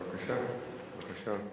בבקשה, בבקשה.